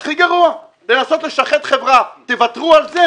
הכי גרוע זה לנסות לשחד חברה: תוותרו על זה,